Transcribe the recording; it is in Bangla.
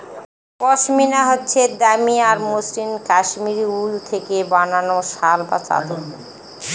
পশমিনা হচ্ছে দামি আর মসৃণ কাশ্মীরি উল থেকে বানানো শাল বা চাদর